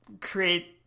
create